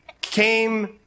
came